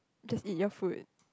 just eat your food